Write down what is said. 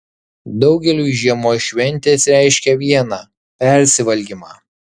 daugeliui žiemos šventės reiškia viena persivalgymą